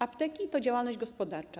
Apteki to działalność gospodarcza.